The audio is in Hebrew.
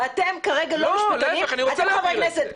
אתם כרגע לא משפטנים, אתם חברי כנסת.